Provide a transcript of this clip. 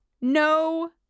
no